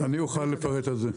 אוכל לפרט על זה.